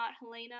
Helena